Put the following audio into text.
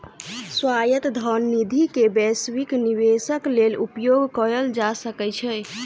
स्वायत्त धन निधि के वैश्विक निवेशक लेल उपयोग कयल जा सकै छै